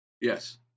Yes